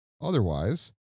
Otherwise